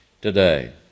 today